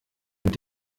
mit